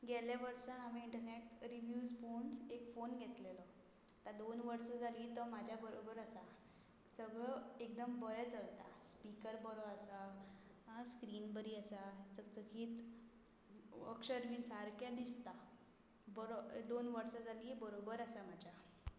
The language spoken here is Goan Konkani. गेले वर्सा हांवें इंटनॅट रिव्यूज पोन एक फोन घेतलेलो आतां दोन वर्सां जालीं तो म्हाज्या बरोबोर आसा सगळो एकदम बरें चलता स्पिकर बरो आसा आ स्क्रीन बरी आसा चकचकीत अक्षर बीन सारकें दिसता बरो दोन वर्सां जालीं बरोबर आसा म्हाज्या